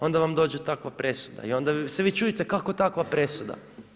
Onda vam dođe takva presuda i onda se vi čudite kako takva presuda?